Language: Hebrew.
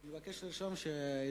הצעת חוק זו